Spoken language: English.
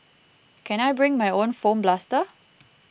can I bring my own foam blaster